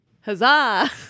huzzah